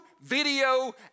video